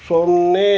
ಸೊನ್ನೆ